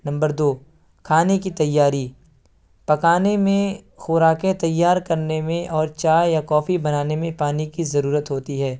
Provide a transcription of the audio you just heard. number دو کھانے کی تیاری پکانے میں خوراکیں تیار کرنے میں اور چائے یا کافی بنانے میں پانی کی ضرورت ہوتی ہے